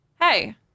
hey